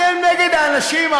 אתם נגד האנשים?